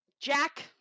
Jack